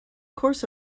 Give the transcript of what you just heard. course